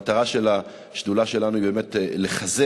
המטרה של השדולה שלנו היא באמת לחזק